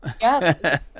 Yes